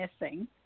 missing